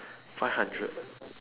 five hundred